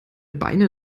beine